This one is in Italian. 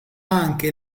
anche